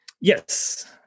Yes